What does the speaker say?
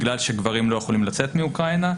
בגלל שגברים לא יכולים לצאת מאוקראינה.